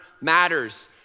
matters